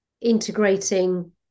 integrating